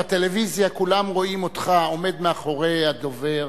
בטלוויזיה כולם רואים אותך עומד מאחורי הדובר